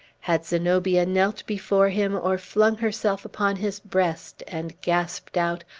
had zenobia knelt before him, or flung herself upon his breast, and gasped out,